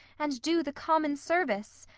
and do the common service,